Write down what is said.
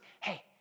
hey